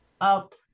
up